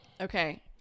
okay